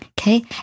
Okay